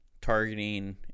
targeting